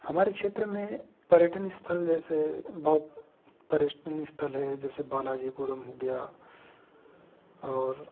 हमारे क्षेत्र में पर्यटन स्थल जैसे बहुत पर्यटन स्थल हैं जैसे बालाजीपुरम हो गया और